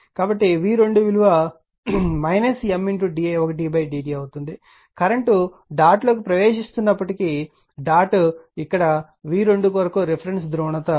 కాబట్టి v2 విలువ M di1dt అవుతుంది కరెంట్ డాట్ లోకి ప్రవేశిస్తున్నప్పటికీ డాట్ ఇక్కడ v2 కొరకు రిఫరెన్స్ ధ్రువణత